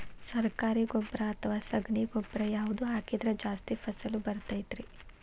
ಸರಕಾರಿ ಗೊಬ್ಬರ ಅಥವಾ ಸಗಣಿ ಗೊಬ್ಬರ ಯಾವ್ದು ಹಾಕಿದ್ರ ಜಾಸ್ತಿ ಫಸಲು ಬರತೈತ್ರಿ?